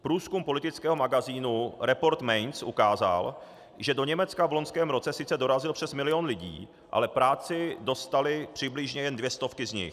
Průzkum politického magazínu Report Mainz ukázal, že do Německa v loňském roce sice dorazil přes milion lidí, ale práci dostaly přibližně jen dvě stovky z nich.